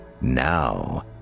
Now